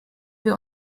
wir